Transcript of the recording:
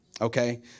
Okay